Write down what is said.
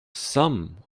some